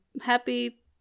happy